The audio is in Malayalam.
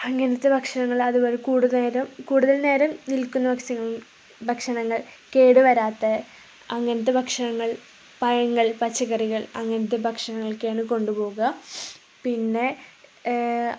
അങ്ങനത്തെ ഭക്ഷണങ്ങൾ അതുപോലെ നേരം കൂടുതൽ നേരം നിൽക്കുന്ന ഭക്ഷണങ്ങൾ കേടു വരാത്ത അങ്ങനത്തെ ഭക്ഷണങ്ങൾ പഴങ്ങൾ പച്ചക്കറികൾ അങ്ങനത്തെ ഭക്ഷണങ്ങളൊക്കെയാണു കൊണ്ടുപോകുക പിന്നെ